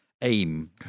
aim